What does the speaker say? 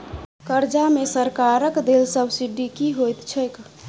कर्जा मे सरकारक देल सब्सिडी की होइत छैक?